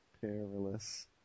Perilous